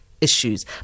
issues